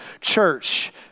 Church